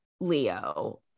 Leo